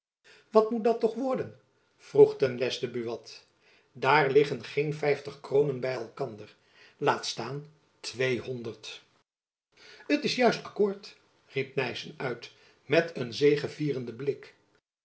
wat moet dat toch worden vroeg ten lesten buat daar liggen geen vijftig kroonen by elkander laat staan twee honderd t is juist akkoord riep nyssen uit met een zegevierenden blik